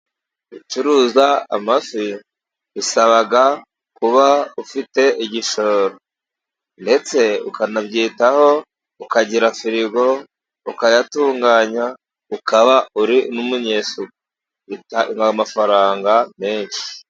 Gucuruza amafi bisaba kuba ufite igishoro, ndetse ukanabyitaho ukagira firigo ukayatunganya. Ukaba uri n'umunyesuku ugira amafaranga menshi.